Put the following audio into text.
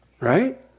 Right